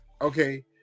okay